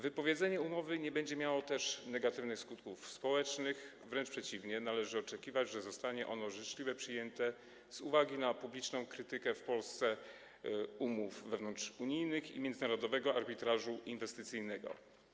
Wypowiedzenie umowy nie będzie miało też negatywnych skutków społecznych, wręcz przeciwnie, należy oczekiwać, że zostanie ono życzliwie przyjęte z uwagi na publiczną krytykę w Polsce umów wewnątrzunijnych i międzynarodowego arbitrażu inwestycyjnego.